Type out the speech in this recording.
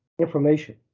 information